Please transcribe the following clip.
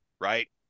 right